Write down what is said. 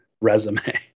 resume